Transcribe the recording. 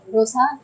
Rosa